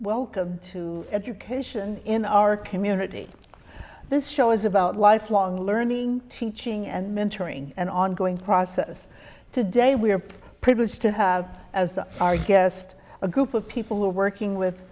welcome to education in our community this show is about lifelong learning teaching and mentoring and ongoing process today we are privileged to have as our guest a group of people who are working with